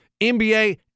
NBA